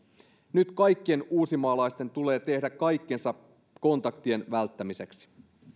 nyt kaikkien uusimaalaisten tulee tehdä kaikkensa kontaktien välttämiseksi